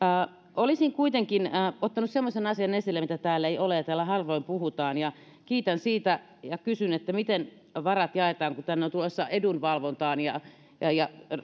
olisin kuitenkin ottanut semmoisen asian esille mistä täällä harvoin puhutaan ja kiitän siitä ja kysyn miten varat jaetaan kun tänne on tulossa edunvalvontaan